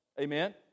Amen